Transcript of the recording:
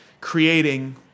creating